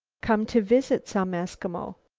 come to visit some eskimo.